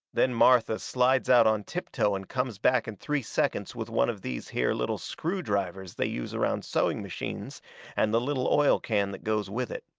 then martha slides out on tiptoe and comes back in three seconds with one of these here little screw-drivers they use around sewing-machines and the little oil can that goes with it.